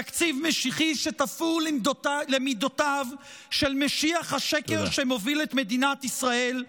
תקציב משיחי שתפור למידותיו של משיח השקר שמוביל את מדינת ישראל.